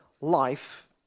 life